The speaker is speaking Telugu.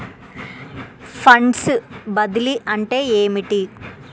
ఫండ్స్ బదిలీ అంటే ఏమిటి?